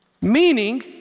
Meaning